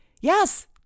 Yes